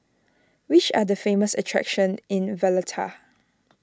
which are the famous attractions in Valletta